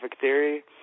theory